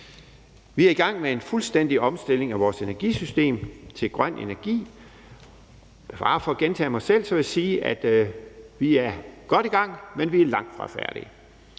Vi er i gang med en fuldstændig omstilling af vores energisystem til grøn energi, og med fare for at gentage mig selv vil jeg sige, at vi er godt i gang, men at vi langtfra er færdige.